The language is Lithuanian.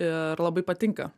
ir labai patinka